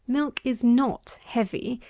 milk is not heavy,